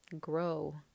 grow